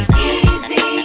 easy